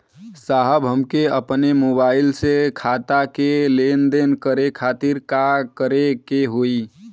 साहब हमके अपने मोबाइल से खाता के लेनदेन करे खातिर का करे के होई?